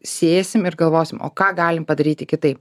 sėsim ir galvosim o ką galim padaryti kitaip